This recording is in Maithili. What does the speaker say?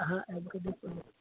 अहाँ आबि कए देख लेबय